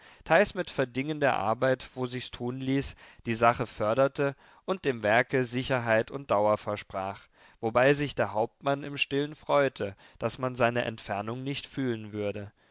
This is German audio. teils mit verdingen der arbeit wo sichs tun ließ die sache förderte und dem werke sicherheit und dauer versprach wobei sich der hauptmann im stillen freute daß man seine entfernung nicht fühlen würde